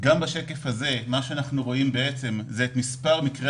גם בשקף הזה אנחנו רואים את מספר מקרי